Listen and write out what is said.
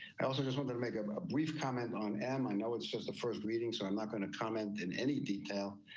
i also just want to make um a brief comment on am i know it's just the first reading, so i'm not going to comment in any detail.